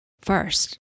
first